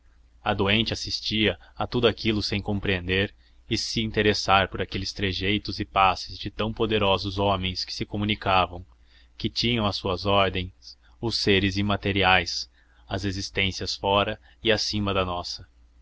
a doente assistia a tudo aquilo sem compreender e se interessar por aqueles trejeitos e passes de tão poderosos homens que se comunicavam que tinham às suas ordens os seres imateriais as existências fora e acima da nossa